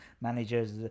managers